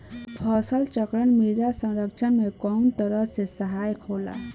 फसल चक्रण मृदा संरक्षण में कउना तरह से सहायक होला?